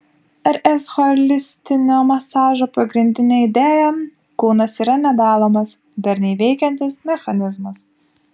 rs holistinio masažo pagrindinė idėja kūnas yra nedalomas darniai veikiantis mechanizmas